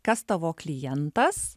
kas tavo klientas